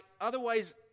otherwise